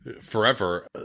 forever